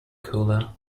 cooler